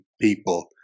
people